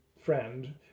friend